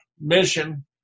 Mission